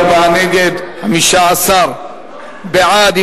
34 נגד, 15 בעד.